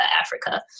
Africa